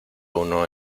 uno